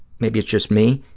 maybe it's just me,